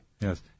Yes